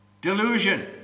delusion